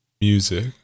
music